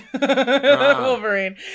Wolverine